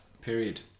Period